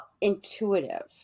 intuitive